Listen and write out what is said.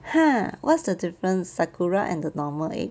ha what's the difference sakura and the normal egg